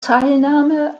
teilnahme